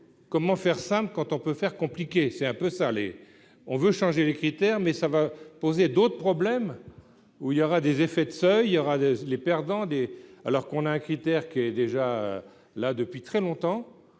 comment faire simple quand on peut faire compliqué, c'est un peu salée, on veut changer les critères, mais ça va poser d'autres problèmes, où il y aura des effets de seuil, il y aura les les perdants des alors qu'on a un critère qui est déjà là depuis très longtemps,